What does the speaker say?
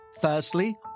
Firstly